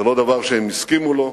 לא דבר שהם הסכימו לו.